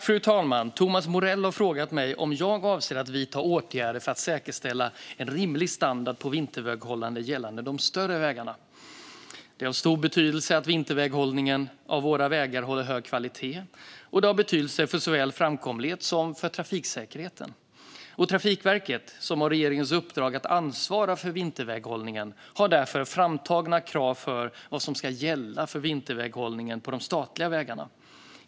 Fru talman! Thomas Morell har frågat mig om jag avser att vidta åtgärder för att säkerställa en rimlig standard på vinterväghållningen gällande de större vägarna. Det är av stor betydelse att vinterväghållningen på våra vägar håller hög kvalitet. Det har betydelse för såväl framkomlighet som trafiksäkerhet. Trafikverket, som har regeringens uppdrag att ansvara för vinterväghållningen, har därför framtagna krav för vad som ska gälla för vinterväghållningen på de statliga vägarna.